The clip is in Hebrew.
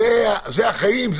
זה החיים,